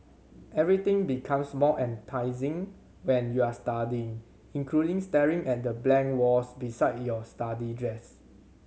everything becomes more enticing when you're studying including staring at the blank walls beside your study desk